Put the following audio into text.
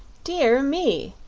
dear me!